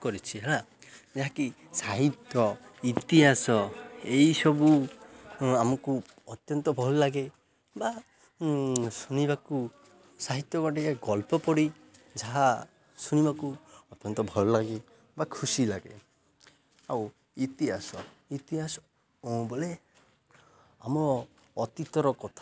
କରିଛି ହେଲା ଯାହାକି ସାହିତ୍ୟ ଇତିହାସ ଏହିସବୁ ଆମକୁ ଅତ୍ୟନ୍ତ ଭଲ ଲାଗେ ବା ଶୁଣିବାକୁ ସାହିତ୍ୟ ଟିକେ ଗଳ୍ପ ପଡ଼ି ଯାହା ଶୁଣିବାକୁ ଅତ୍ୟନ୍ତ ଭଲ ଲାଗେ ବା ଖୁସି ଲାଗେ ଆଉ ଇତିହାସ ଇତିହାସ ବୋଲେ ଆମ ଅତୀତର କଥା